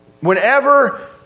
Whenever